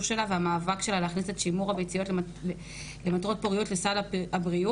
שלה והמאבק שלה להכניס את שימור הביציות למטרות פוריות לסל בריאות,